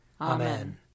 Amen